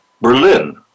Berlin